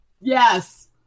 yes